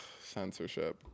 Censorship